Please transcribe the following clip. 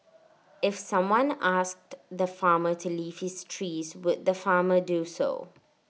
if someone asked the farmer to leave his trees would the farmer do so